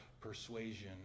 persuasion